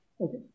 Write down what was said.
Okay